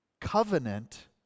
covenant